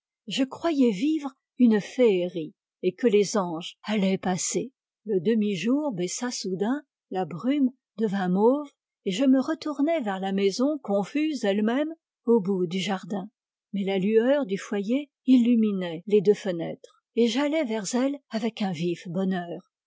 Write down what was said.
je croyais vivre une féerie et que les anges allaient passer le demi-jour baissa soudain la brume devint mauve je me retournai vers la maison confuse elle-même au bout du jardin mais la lueur du foyer illuminait les deux fenêtres et j'allai vers elle avec un vif bonheur